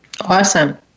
Awesome